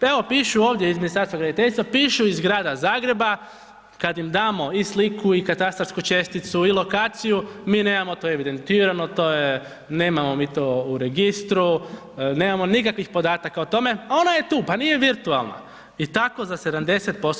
Evo pišu ovdje iz Ministarstva graditeljstva, pipu iz grada Zagreba, kad im damo i sliku i katastarsku česticu i lokaciju, mi nemamo to evidentirano, nemamo to u registru, nemamo nikakvih podataka u tome, a ona je tu, pa nije virtualna i tako za 70%